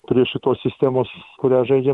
prie šitos sistemos kurią žaidžia